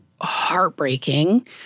heartbreaking